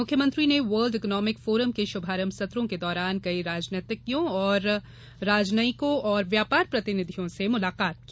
मुख्यमंत्री ने world economic forum के शुभारंभ सत्रों के दौरान कई राजनयिकों और व्यापार प्रतिनिधियों से भेंट की